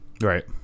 Right